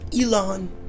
Elon